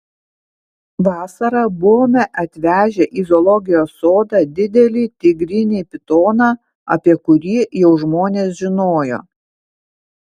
vasarą buvome atvežę į zoologijos sodą didelį tigrinį pitoną apie kurį jau žmonės žinojo